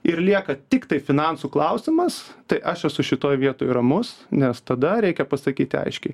ir lieka tiktai finansų klausimas tai aš esu šitoj vietoj ramus nes tada reikia pasakyti aiškiai